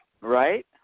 right